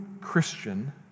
Christian